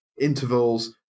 intervals